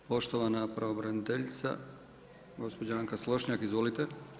Poštovana pravobraniteljica gospođa Anka Slonjšak, izvolite.